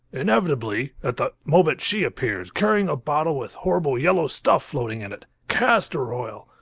inevitably, at that moment she appears, carrying a bottle with horrible yellow stuff floating in it castor oil!